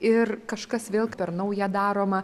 ir kažkas vėl per naują daroma